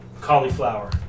cauliflower